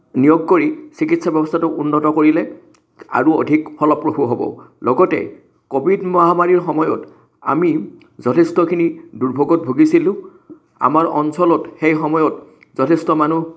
নিয়োগ কৰি চিকিৎসা ব্যৱস্থাটোক উন্নত কৰিলে আৰু অধিক ফলপ্ৰসূ হ'ব লগতে কোভিড মহামাৰীৰ সময়ত আমি যথেষ্টখিনি দূৰ্ভোগত ভূগিছিলোঁ আমাৰ অঞ্চলত সেই সময়ত যথেষ্ট মানুহ